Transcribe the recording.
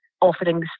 offerings